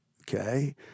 Okay